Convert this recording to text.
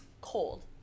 cold